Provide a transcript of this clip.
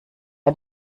ein